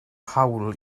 hawl